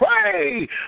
pray